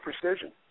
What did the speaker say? precision